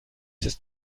ist